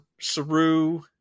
Saru